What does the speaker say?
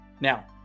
Now